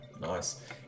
Nice